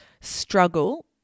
struggle